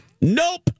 Nope